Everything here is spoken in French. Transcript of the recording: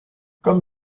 comme